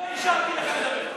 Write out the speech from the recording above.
אני לא אישרתי לך לדבר.